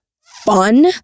fun